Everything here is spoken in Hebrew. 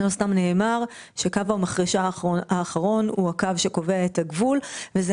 לא סתם נאמר שהקו המחרשה האחרון הוא הקו שקובע את הגבול וזה